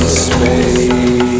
space